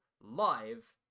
live